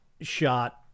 shot